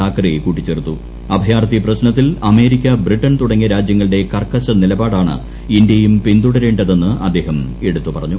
താക്കറേ കൂട്ടിച്ചേർത്തും ് അഭയാർത്ഥി പ്രശ്നത്തിൽ അമേരിക്ക ബ്രിട്ടൺ തുടങ്ങിയ രാജ്യങ്ങളുടെ കർക്കശ നിലപാടാണ് ഇന്ത്യയും പിന്തുടരേണ്ടതെന്ന് അദ്ദേഹം എടുത്തു പറഞ്ഞു